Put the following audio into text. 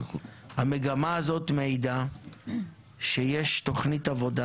המגמה הזאת מעידה שיש תוכנית עבודה